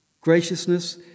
Graciousness